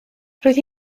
roedd